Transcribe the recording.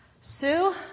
Sue